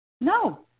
No